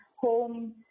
home